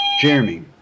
Jeremy